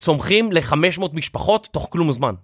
צומחים לחמש מאות משפחות תוך כלום זמן